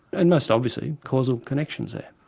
unless obviously, causal connection is there.